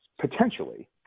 potentially